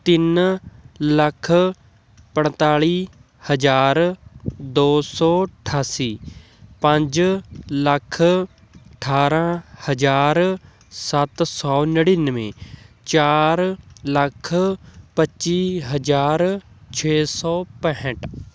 ਤਿੰਨ ਲੱਖ ਪੰਤਾਲੀ ਹਜ਼ਾਰ ਦੋ ਸੌ ਅਠਾਸੀ ਪੰਜ ਲੱਖ ਅਠਾਰਾਂ ਹਜ਼ਾਰ ਸੱਤ ਸੌ ਨੜਿੱਨਵੇ ਚਾਰ ਲੱਖ ਪੱਚੀ ਹਜ਼ਾਰ ਛੇ ਸੌ ਪੈਂਹਟ